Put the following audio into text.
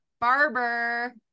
Barber